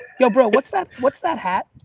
yoh bro, what's that what's that hat?